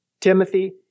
Timothy